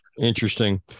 Interesting